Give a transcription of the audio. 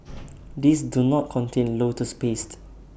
these do not contain lotus paste